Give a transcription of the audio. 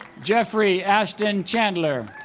jeffrey ashton chandler